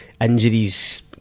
injuries